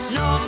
no